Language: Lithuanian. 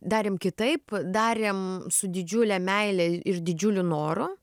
darėm kitaip darėm su didžiule meile ir didžiuliu noru